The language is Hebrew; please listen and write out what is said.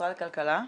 משרד הכלכלה.